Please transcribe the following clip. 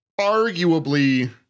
arguably